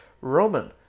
Roman